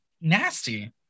nasty